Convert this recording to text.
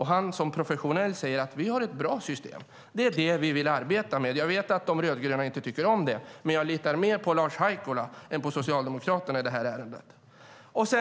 Han, som professionell, säger att vi har ett bra system. Det är det vi vill arbeta med. Jag vet att de rödgröna inte tycker om det, men jag litar mer på Lars Haikola än på Socialdemokraterna i det här ärendet.